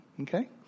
Okay